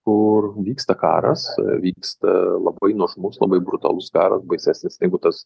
kur vyksta karas vyksta labai nuožmus labai brutalus karas baisesnis negu tas